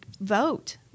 vote